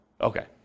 Okay